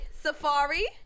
Safari